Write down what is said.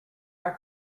our